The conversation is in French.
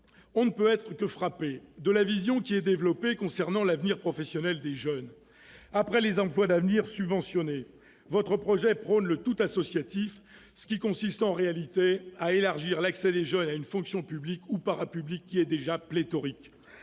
on ne peut qu'être frappé de la vision qui est développée s'agissant de l'avenir professionnel des jeunes. Après les emplois d'avenir subventionnés, votre projet prône le « tout associatif », ce qui consiste en réalité à élargir l'accès des jeunes à une fonction publique ou parapublique déjà pléthorique.